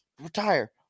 retire